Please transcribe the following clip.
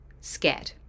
scared